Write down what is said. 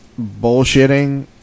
bullshitting